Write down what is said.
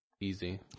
Easy